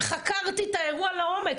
חקרתי את האירוע לעומק,